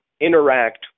interact